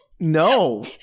No